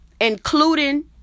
including